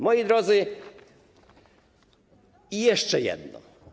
Moi drodzy, i jeszcze jedno.